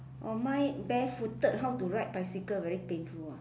oh mine barefooted how to ride bicycle very painful